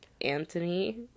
Anthony